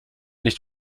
nicht